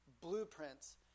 blueprints